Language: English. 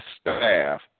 staff